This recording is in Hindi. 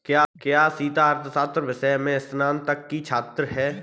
क्या सीता अर्थशास्त्र विषय में स्नातक की छात्रा है?